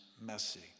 messy